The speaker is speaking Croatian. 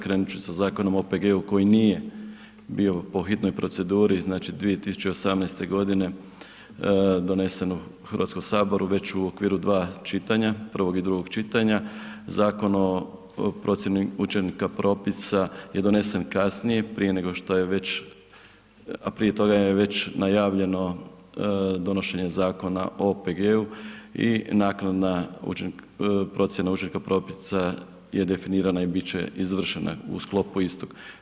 Krenut ću sa Zakonom o OPG-u, koji nije bio po hitnoj proceduri, znači, 2018. godine donesen u Hrvatskom saboru već u okviru dva čitanja prvog i drugog čitanja, Zakon o procjeni učinaka propisa je donesen kasnije, prije nego što je već, a prije toga je već najavljeno donošenje Zakona o OPG-u i naknadna procjena učinka propisa je definirana i bit će izvršena u sklopu istog.